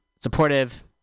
supportive